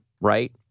right